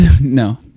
no